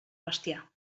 bestiar